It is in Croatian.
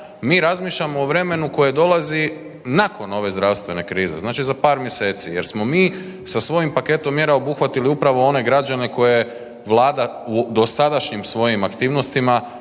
Mi razmišljamo o vremenu koje dolazi nakon ove zdravstvene krize, znači za par mjeseci, jer smo mi sa svojim paketom mjera obuhvatili upravo one građane koje Vlada u dosadašnjim svojim aktivnostima